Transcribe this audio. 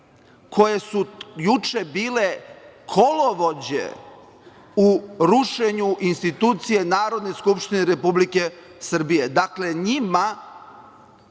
koje su juče bile kolovođe u rušenju institucije Narodne skupštine Republike Srbije. Dakle, njima